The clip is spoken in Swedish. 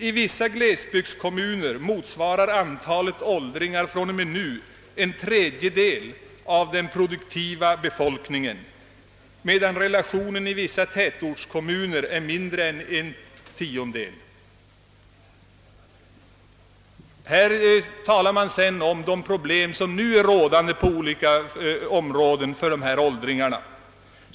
I vissa glesbygdskommuner motsvarar antalet åldringar från och med nu en tredjedel av den produktiva befolkningen, medan relationen i vissa tätortskommuner är mindre än en tiondel.» Sedan talar man om de problem som är rådande på olika områden för dessa åldringar.